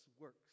works